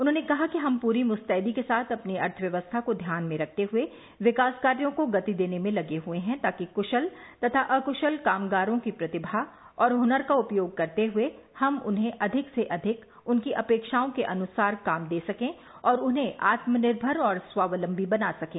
उन्होंने कहा कि हम पूरी मुस्तैदी के साथ अपनी अर्थव्यवस्था को ध्यान में रखते हुये विकास कार्यो को गति देने में लगे हुये हैं ताकि कृशल तथा अकुशल कामगारों की प्रतिभा और हुनर का उपयोग करते हुये हम उन्हें अधिक से अधिक उनकी अपेक्षाओं के अनुसार काम दे सकें और उन्हें आत्मनिर्भर व स्वावलम्बी बना सकें